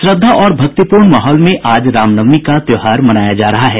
श्रद्धा और भक्तिपूर्ण माहौल में आज रामनवमी का त्योहार मनाया जा रहा है